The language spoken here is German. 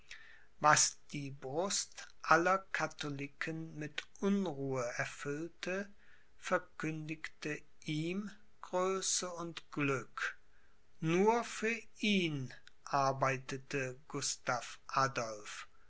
was die brust aller katholiken mit unruhe erfüllte verkündigte ihm größe und glück nur für ihn arbeitete gustav adolph